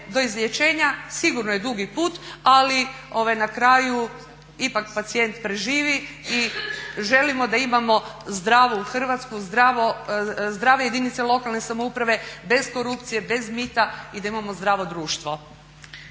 do izlječenja sigurno je dugi put ali na kraju ipak pacijent preživi. Želimo da imamo zdravu Hrvatsku, zdrave jedinice lokalne samouprave bez korupcije, bez mita i da imamo zdravo društvo.